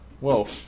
Whoa